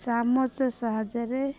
ଚାମଚ ସାହାଯ୍ୟରେ